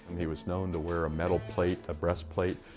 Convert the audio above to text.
he was known to wear a metal plate, a breast plate,